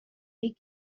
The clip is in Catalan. vic